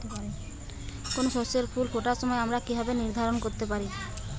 কোনো শস্যের ফুল ফোটার সময় আমরা কীভাবে নির্ধারন করতে পারি?